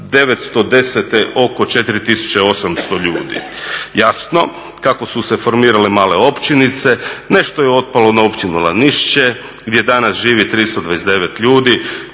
1910. oko 4800 ljudi. Jasno, kako su se formirale male općinice nešto je otpalo na Općinu Lanišće gdje danas živi 329 ljudi,